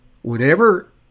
Whenever